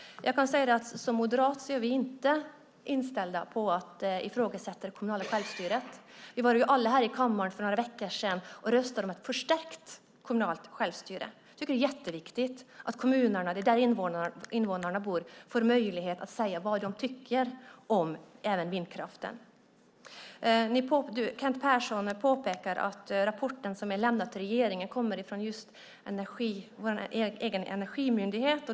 Jag kan säga att Moderaterna inte är inställda på att ifrågasätta det kommunala självstyret. Vi var alla här i kammaren för några veckor sedan med och röstade om ett förstärkt kommunalt självstyre. Jag tycker att det är jätteviktigt att kommunerna där invånarna bor får möjlighet att säga vad de tycker om vindkraften. Kent Persson påpekar att rapporten som har lämnats till regeringen kommer från vår egen energimyndighet.